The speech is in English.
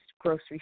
grocery